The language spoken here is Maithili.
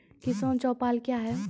किसान चौपाल क्या हैं?